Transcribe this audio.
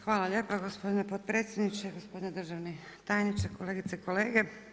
Hvala lijepa gospodine potpredsjedniče, gospodine državni tajniče, kolegice i kolege.